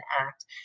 Act